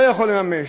לא יכולים לממש.